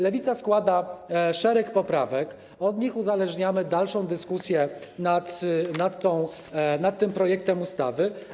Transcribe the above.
Lewica składa szereg poprawek i od nich uzależniamy dalszą dyskusję nad tym projektem ustawy.